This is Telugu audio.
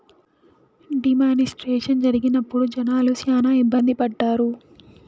డీ మానిస్ట్రేషన్ జరిగినప్పుడు జనాలు శ్యానా ఇబ్బంది పడ్డారు